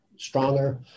Stronger